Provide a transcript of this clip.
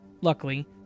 luckily